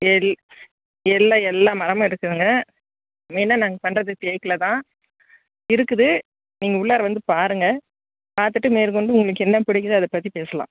எல்லா எல்லா மரமும் இருக்குதுங்க மெயினாக நாங்கள் பண்ணுறது தேக்கில்தான் இருக்குது நீங்கள் உள்ளார வந்து பாருங்க பார்த்துட்டு மேற்கொண்டு உங்களுக்கு என்ன பிடிக்குதோ அதைப் பற்றி பேசலாம்